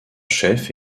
chef